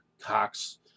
Cox